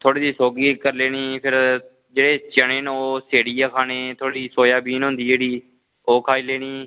थोह्ड़ी जेही सोगी करी लैनी फिर ते चने जेह्ड़े सेड़ियै खाने थुआड़ी सोयाबीन होंदी जेह्ड़ी ओह् खाई लैनी